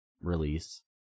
release